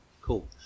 Cool